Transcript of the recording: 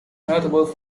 notable